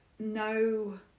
no